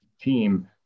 team